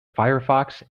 firefox